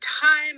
time